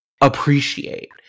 appreciate